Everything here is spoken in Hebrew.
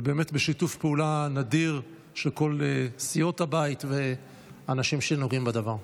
ובאמת בשיתוף פעולה נדיר של כל סיעות הבית והאנשים שנוגעים בדבר.